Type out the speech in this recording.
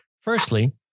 Firstly